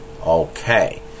Okay